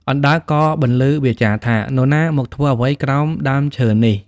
អណ្ដើកក៏បន្លឺវាចាថា ៖ នរណាមកធ្វើអ្វីក្រោមដើមឈើនេះ?